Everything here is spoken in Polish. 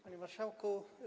Panie Marszałku!